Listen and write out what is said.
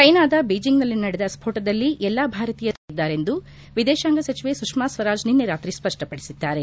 ಚ್ಹೆನಾದ ಬೀಜಿಂಗ್ನಲ್ಲಿ ನಡೆದ ಸ್ಕೋಟದಲ್ಲಿ ಎಲ್ಲಾ ಭಾರತೀಯರು ಸುರಕ್ಷಿತವಾಗಿದ್ದಾರೆಂದು ವಿದೇತಾಂಗ ಸಚಿವೆ ಸುಷ್ನಾ ಸ್ವರಾಜ್ ನಿನ್ನೆ ರಾತ್ರಿ ಸ್ಪಷ್ಪಡಿಸಿದ್ದಾರೆ